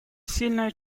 сильное